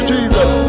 Jesus